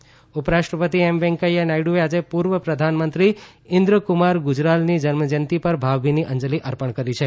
ના યડુ ગુજરાલ ઉપરાષ્ટ્રપતિ એમ વૈંકેયા નાયડુએ આજે પૂર્વ પ્રધાનમંત્રી ઇન્દ્ર કુમાર ગુજરાલની જન્મજયંતી પર ભાવભીની અંજલી અપર્ણ કરી છે